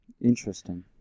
interesting